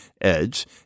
edge